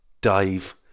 Dave